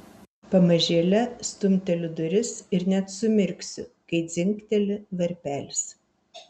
pamažėle stumteliu duris ir net sumirksiu kai dzingteli varpelis